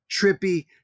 trippy